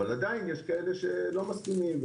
אבל עדיין יש כאלה שלא מסכימים,